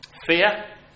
Fear